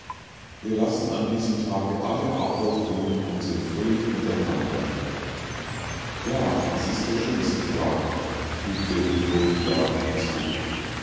wir lassen an diesem tage alle arbeit ruhen und sind fröhlich miteinander ja es ist der schönste tag fügte bleodila hinzu